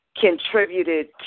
contributed